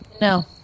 No